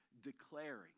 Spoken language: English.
declaring